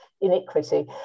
iniquity